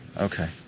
Okay